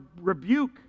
rebuke